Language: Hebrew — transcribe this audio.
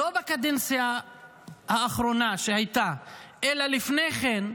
לא בקדנציה האחרונה שהייתה אלא לפני כן,